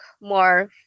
more